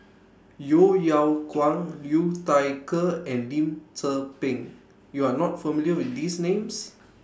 Yeo Yeow Kwang Liu Thai Ker and Lim Tze Peng YOU Are not familiar with These Names